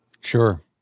Sure